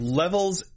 levels